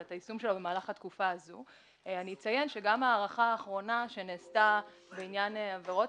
אני אציין שגם ההארכה האחרונה שנעשתה בעניין העבירות,